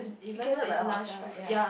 catered by the hotel right ya